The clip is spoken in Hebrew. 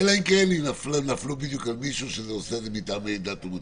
אלא אם כן נפלו בדיוק על מישהו שעושה את זה מטעמי דת ומצפון,